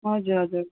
हजुर हजुर